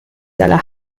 dalla